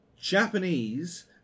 Japanese